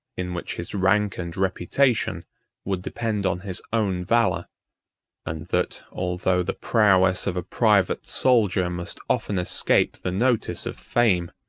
in which his rank and reputation would depend on his own valor and that, although the prowess of a private soldier must often escape the notice of fame,